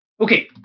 Okay